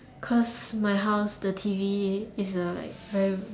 coz my house the T_V is like very